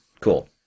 cool